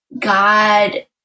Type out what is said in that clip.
God